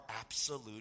absolute